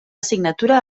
signatura